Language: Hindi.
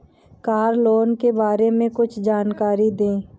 कार लोन के बारे में कुछ जानकारी दें?